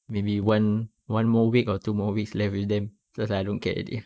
maybe one one more week or two more weeks left with them so I was like I don't care already ah